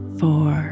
four